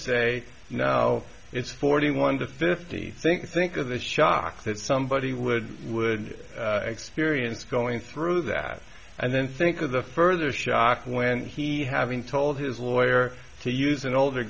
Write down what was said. say now it's forty one to fifty think think of the shock that somebody would would experience going through that and then think of the further shock when he having told his lawyer to use an older